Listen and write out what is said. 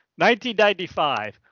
1995